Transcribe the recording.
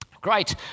Great